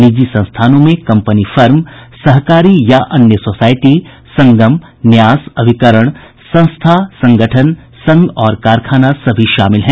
निजी संस्थानों में कम्पनी फर्म सहकारी या अन्य सोसाईटी संगम न्यास अभिकरण संस्था संगठन संघ और कारखाना सभी शामिल हैं